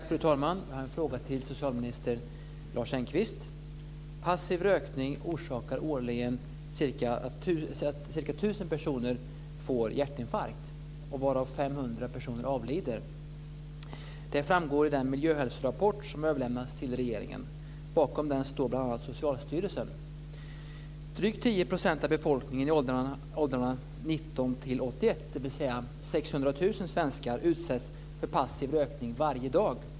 Fru talman! Jag har en fråga till socialminister Lars Engqvist. Passiv rökning orsakar årligen att ca 1 000 personer får hjärtinfarkt. Av dessa avlider 500 personer. Det framgår av den miljöhälsorapport som överlämnades till regeringen. Bakom den står bl.a. Socialstyrelsen. Drygt 10 % av befolkningen i åldrarna 19-81 år, dvs. 600 000 svenskar, utsätts för passiv rökning varje dag.